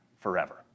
forever